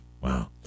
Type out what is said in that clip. Wow